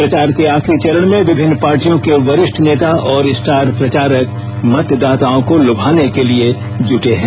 प्रचार के आखिरी चरण में विभिन्न पार्टियों के वरिष्ठ नेता और स्टार प्रचारक मतदाताओं को लुभाने के लिए जुटे हैं